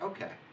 Okay